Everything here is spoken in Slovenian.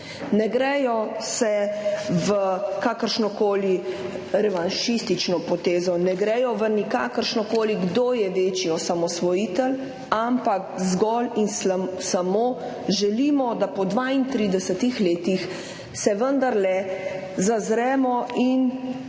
Ne gredo v kakršnokoli revanšistično potezo, ne gredo v nikakršno [razpravo], kdo je večji osamosvojitelj, ampak zgolj in samo želimo, da se po 32 letih vendarle zazremo in